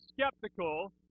skeptical